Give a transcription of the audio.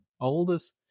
Oldest